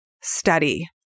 study